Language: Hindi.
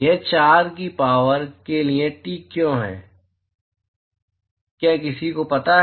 यह 4 की शक्ति के लिए टी क्यों है क्या किसी को पता है